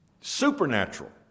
Supernatural